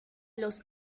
los